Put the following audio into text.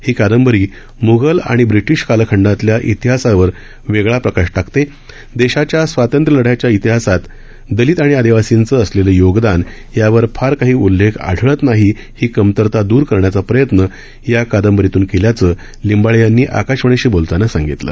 ही कादंबरी मोगल आणि ब्रिटीश कालखंडातल्या इतिहासावर वेगळा प्रकाश टाकते देशाच्या स्वातंत्र्य लढयाच्या इतिहासात दलित आणि आदिवासीचं असलेलं योगदान यावर फार काही उल्लेख आढळत नाही ही कमतरता द्रर करण्याचा प्रयत्न या कादंबरीतून केल्याचं लिंबाळे यांनी आकाशवाणीशी बोलताना सांगितलं